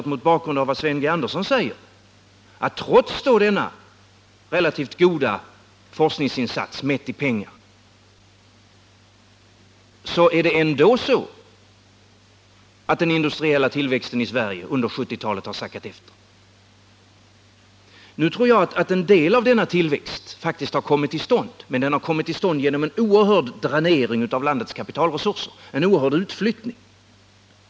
Mot bakgrund av vad Sven G. Andersson säger — alltså trots den relativt goda forskningsinsats som gjorts mätt i pengar — blir det ännu mer anmärkningsvärt att den industriella tillväxten i Sverige under 1970-talet har sackat efter. Jag tror att en del av denna tillväxt faktiskt har kommit till stånd, men den har kommit till stånd genom en oerhörd dränering av landets kapitalresurser, en oerhörd utflyttning.